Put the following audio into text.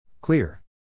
Clear